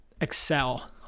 excel